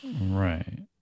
Right